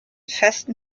festen